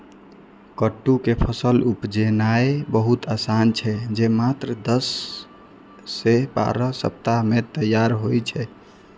कट्टू के फसल उपजेनाय बहुत आसान छै, जे मात्र दस सं बारह सप्ताह मे तैयार होइ छै